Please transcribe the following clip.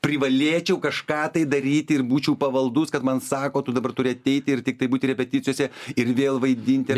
privalėčiau kažką tai daryti ir būčiau pavaldus kad man sako tu dabar turi ateiti ir tiktai būti repeticijose ir vėl vaidinti